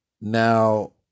now